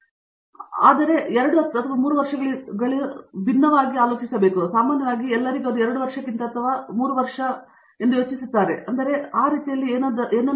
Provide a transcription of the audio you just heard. ಆದ್ದರಿಂದ ಸ್ನಾತಕೋತ್ತರರು ಸುಮಾರು 2 ರಿಂದ 3 ವರ್ಷಗಳಿಗಿಂತಲೂ ಭಿನ್ನವಾಗಿರಬೇಕು ಆದರೆ ಸಾಮಾನ್ಯವಾಗಿ ಎಲ್ಲರಿಗೂ ಅದು 2 ವರ್ಷಕ್ಕಿಂತ ಹೆಚ್ಚಾಗಿ 3 ವರ್ಷದ ವಿಷಯ ಎಂದು ಯೋಚಿಸುತ್ತಾರೆ ಅದು ನಿಜವಾಗಿಯೂ ಸರಿ ಎಂದು ಹೇಳುತ್ತದೆ